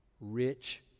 Rich